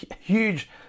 huge